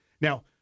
Now